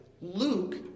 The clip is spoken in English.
Luke